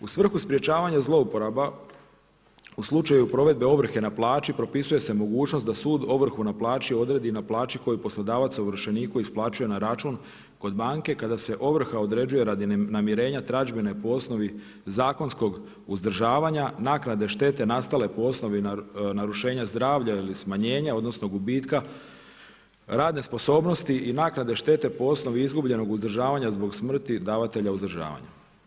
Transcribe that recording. U svrhu sprječavanja zlouporaba, u slučaju provedbe ovrhe na plaći propisuje se mogućnost da sud ovrhu na plaći odredi na plaći koju poslodavac ovršeniku isplaćuje na račun kod banke kada se ovrha određuje radi namirenja tražbine po osnovi zakonskog uzdržavanja, naknade štete nastale po osnovi narušenja zdravlja ili smanjenja odnosno gubitka radne sposobnosti i naknade štete po osnovi izgubljenog uzdržavanja zbog smrti davatelja uzdržavanja.